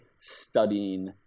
studying